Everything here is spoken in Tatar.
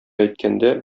әйткәндә